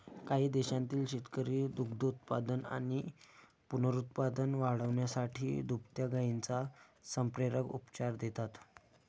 काही देशांतील शेतकरी दुग्धोत्पादन आणि पुनरुत्पादन वाढवण्यासाठी दुभत्या गायींना संप्रेरक उपचार देतात